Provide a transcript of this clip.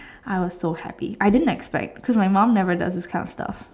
I was so happy I didn't expect cause my mum never does these kind of stuff